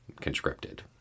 conscripted